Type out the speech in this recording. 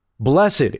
Blessed